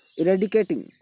eradicating